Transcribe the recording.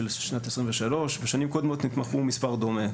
שנת 2023. בשנים קודמות נתמכו מספר דומה,